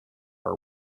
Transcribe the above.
are